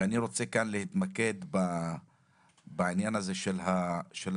ואני רוצה כאן להתמקד בעניין הזה של ההכשרות.